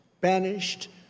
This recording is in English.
banished